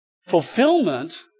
fulfillment